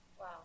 Wow